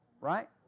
right